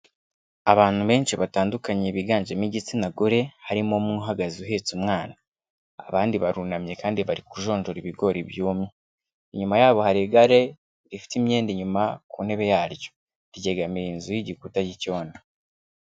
Abantu benshi batandukanye biganjemo igitsina gore, harimo umwe uhagaze uhetse umwana, abandi barunamye kandi bari kujonjora ibigori byumye, inyuma yabo hari igare rifite imyenda inyuma ku ntebe yaryo, ryegamiye inzu y'igikuta k'icyondo.